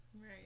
Right